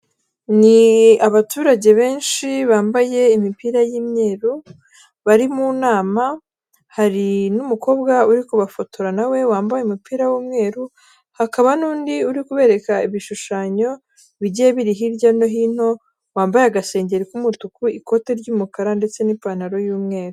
Ni abaturage benshi bambaye imipira y'imyeru bari mu nama, hari n'umukobwa uri kubafotora na we wambaye umupira w'umweru, hakaba n'undi uri kubereka ibishushanyo bigiye biri hirya no hino wambaye agashengeri k'umutuku ikoti ry'umukara ndetse n'ipantaro y'umweru.